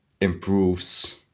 improves